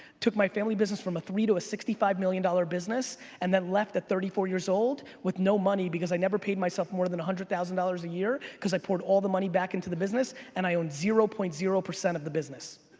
took my family business from a three to a sixty five million dollar business, and then left at thirty four years old with no money because i never paid myself more than a one hundred thousand dollars a year cause i poured all the money back into the business and i own zero point zero of the business.